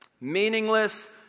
Meaningless